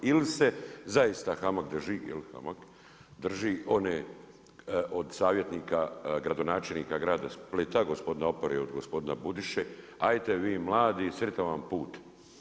Ili se zaista HAMAG drži, je li HAMAG drži one od savjetnika gradonačelnika grada Splita gospodina Opare i gospodina Budiše, ajte vi mladi, sretan vam put.